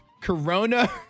Corona